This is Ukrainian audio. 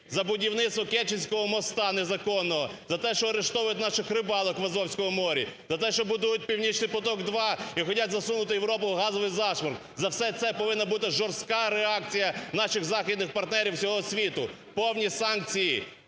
за будівництво Керченського мосту незаконного, за те, що арештовують наших рибалок в Азовському морі, за те, що будують "Північний потік - 2" і хочуть засунути Європу в газовий зашморг. За все це повинна бути жорстка реакція наших західних партнерів всього світу, повні санкції